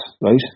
right